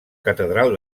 catedral